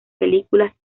películas